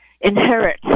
inherit